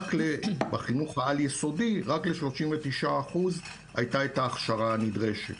בחינוך העל-יסודי רק ל-39% הייתה ההכשרה הנדרשת.